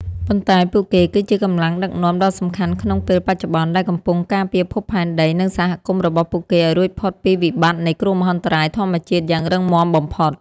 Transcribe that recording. ប៉ុន្តែពួកគេគឺជាកម្លាំងដឹកនាំដ៏សំខាន់ក្នុងពេលបច្ចុប្បន្ន ដែលកំពុងការពារភពផែនដី និងសហគមន៍របស់ពួកគេឱ្យរួចផុតពីវិបត្តិនៃគ្រោះមហន្តរាយធម្មជាតិយ៉ាងរឹងមាំបំផុត។